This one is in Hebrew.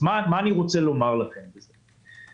מה אני רוצה לומר לכם בזה?